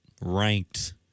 ranked